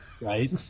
right